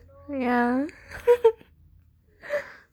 ya